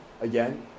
Again